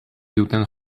duten